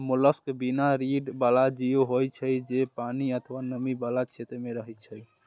mollusc बिना रीढ़ बला जीव होइ छै, जे पानि अथवा नमी बला क्षेत्र मे रहै छै